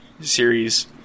series